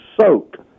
soaked